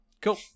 cool